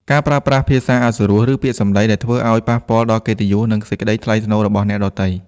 ការប្រើប្រាស់ភាសាអសុរោះ ឬពាក្យសម្ដីដែលធ្វើឲ្យប៉ះពាល់ដល់កិត្តិយស និងសេចក្ដីថ្លៃថ្នូររបស់អ្នកដទៃ។